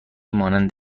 مانند